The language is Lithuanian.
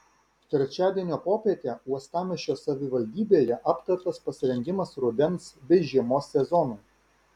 trečiadienio popietę uostamiesčio savivaldybėje aptartas pasirengimas rudens bei žiemos sezonui